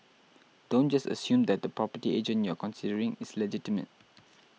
don't just assume that the property agent you're considering is legitimate